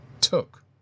took